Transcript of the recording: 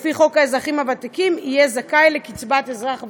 לפי חוק האזרחים הוותיקים יהיה זכאי לקצבת אזרח ותיק,